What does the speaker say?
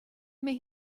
may